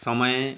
समय